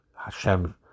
Hashem